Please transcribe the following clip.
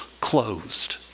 closed